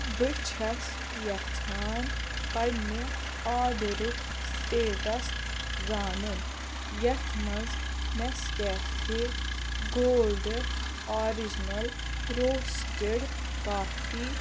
بہٕ چھیٚس یژھان پننہِ آرڈرُک سٹیٹس زانُن یَتھ مَنٛز نیٚس cafe gold original roasted coffee